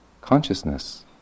consciousness